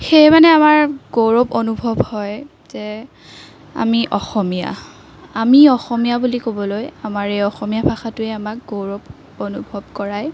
সেয়ে মানে আমাৰ গৌৰৱ অনুভৱ হয় যে আমি অসমীয়া আমি অসমীয়া বুলি ক'বলৈ আমাৰ এই অসমীয়া ভাষাটোৱে আমাক গৌৰৱ অনুভৱ কৰায়